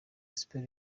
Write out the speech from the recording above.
sports